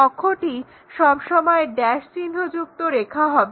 অক্ষটি সব সময় ড্যাশ চিহ্ন যুক্ত রেখা হবে